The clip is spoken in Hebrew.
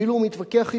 כאילו הוא מתווכח אתי: